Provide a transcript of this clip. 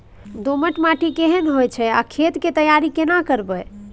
दोमट माटी केहन होय छै आर खेत के तैयारी केना करबै?